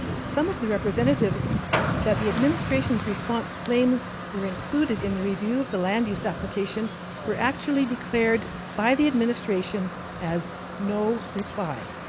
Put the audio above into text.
some of the representatives that the administration's response claims were included in the review of the land use application were actually declared by the administration as no reply.